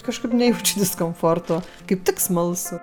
kažkaip nejaučiu diskomforto kaip tik smalsu